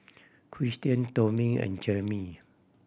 Christen Tommy and Jayme